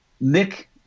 Nick